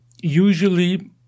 Usually